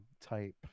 type